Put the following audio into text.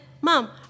Mom